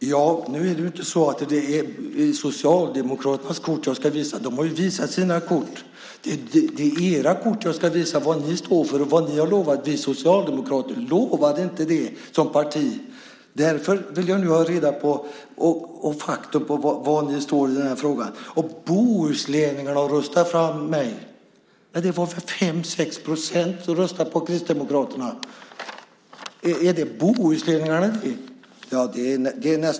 Fru talman! Nu är det inte Socialdemokraternas kort jag ska visa. Vi har visat våra kort. Ni ska visa era kort och vad ni stå för och har lovat. Vi socialdemokrater lovade inte detta som parti. Därför vill jag ha reda på var ni står i denna fråga. Bohuslänningarna ska ha röstat fram dig. Det var 5-6 procent som röstade på Kristdemokraterna. Är det bohuslänningarna?